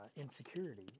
insecurity